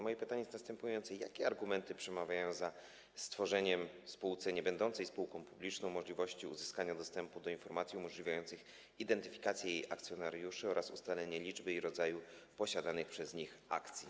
Moje pytanie jest następujące: Jakie argumenty przemawiają za stworzeniem w spółce niebędącej spółką publiczną możliwości uzyskania dostępu do informacji umożliwiających identyfikację jej akcjonariuszy oraz ustalenie liczby i rodzaju posiadanych przez nich akcji?